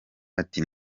ati